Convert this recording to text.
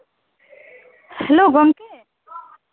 hello ᱜᱚᱝᱠᱮ